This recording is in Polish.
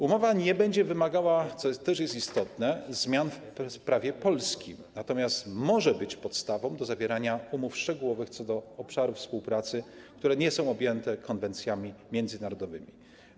Umowa nie będzie wymagała, co też jest istotne, zmian w prawie polskim, natomiast może być podstawą do zawierania umów szczegółowych co do obszarów współpracy, które nie są objęte konwencjami międzynarodowymi.